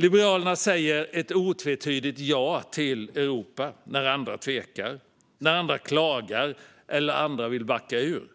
Liberalerna säger ett otvetydigt ja till Europa när andra tvekar, klagar eller vill backa ur.